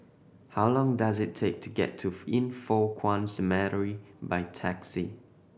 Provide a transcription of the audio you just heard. how long does it take to get to Yin Foh Kuan Cemetery by taxi